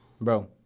Bro